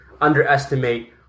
underestimate